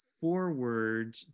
forward